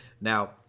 Now